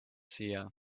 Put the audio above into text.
seer